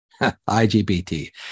IGBT